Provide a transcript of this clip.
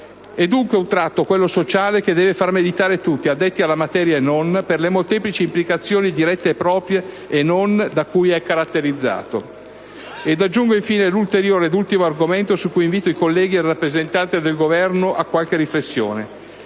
E' dunque un tratto, quello sociale, che deve far meditare tutti, addetti alla materia e non, per le molteplici implicazioni, dirette e proprie, e non, da cui è caratterizzato. Ed aggiungo infine l'ulteriore ed ultimo argomento su cui invito i colleghi e il rappresentante del Governo a qualche riflessione.